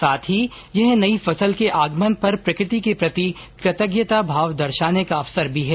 साथ ही यह नयी फसल के आगमन पर प्रकृति के प्रति कृतज्ञता भाव दर्शाने का अवसर भी है